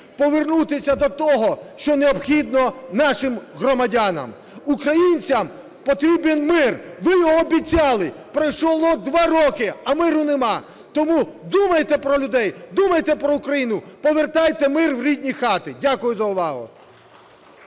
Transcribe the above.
повернутися до того, що необхідно нашим громадянам. Українцям потрібен мир, ви його обіцяли, пройшло два роки, а миру нема. Тому думайте про людей, думайте про Україну, повертайте мир в рідні хати! Дякую за увагу.